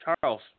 Charles